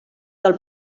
del